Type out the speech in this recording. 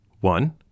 one